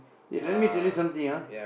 wait let me tell you something ah